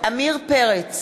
עמיר פרץ,